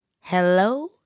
Hello